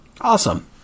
Awesome